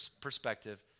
perspective